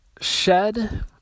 shed